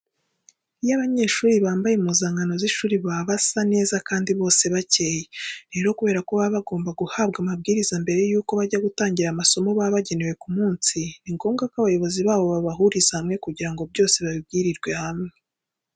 Iyo abanyeshuri bambaye impuzankano z'ishuri baba basa neza kandi bose bakeye. Rero kubera ko baba bagomba guhabwa amabwiriza mbere yuko bajya gutangira amasomo baba bagenewe ku munsi, ni ngombwa ko abayobozi babo babahuriza hamwe kugira ngo byose babibwirirwe hamwe.